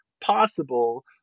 possible